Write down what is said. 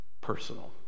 personal